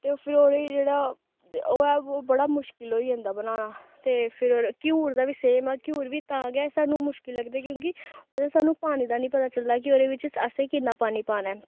ते फिर ओहदे जेह्ड़ा ओह् ऐ ओह् बड़ा मुश्कल होई जंदा बनाना ते फिर घ्यूर दा बी सेम ऐ घ्यूर बी तां गै सानूं मुश्किल लगदे क्योंकि ओह्दे च सानूं पानी दा निं पता चलदा कि ओहदे बिच्च असें किन्ना पानी पाना ऐ